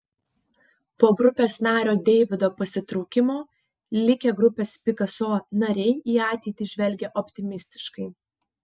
po grupės nario deivido pasitraukimo likę grupės pikaso nariai į ateitį žvelgia optimistiškai